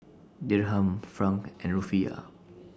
Dirham Franc and Rufiyaa